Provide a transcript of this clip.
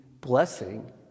blessing